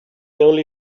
only